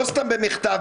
לא סתם במחטף,